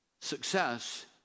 success